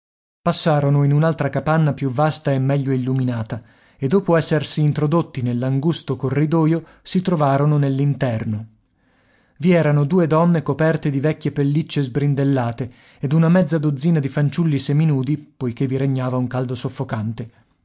passarono in un'altra capanna più vasta e meglio illuminata e dopo essersi introdotti nell'angusto corridoio si trovarono nell interno i erano due donne coperte di vecchie pellicce sbrindellate ed una mezza dozzina di fanciulli seminudi poiché vi regnava un caldo soffocante